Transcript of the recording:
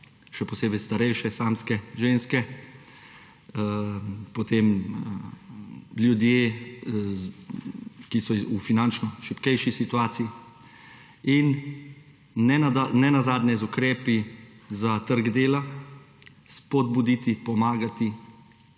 še posebej starejše samske ženske, potem ljudi, ki so v finančno šibkejši situaciji, in nenazadnje z ukrepi za trg dela spodbuditi, pomagati,